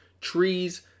trees